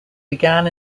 began